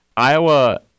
Iowa